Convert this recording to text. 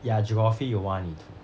ya geography 有挖泥土